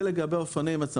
זה לגבי האופנועים.